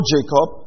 Jacob